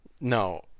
No